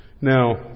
Now